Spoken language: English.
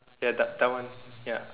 ya that that one ya